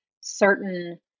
certain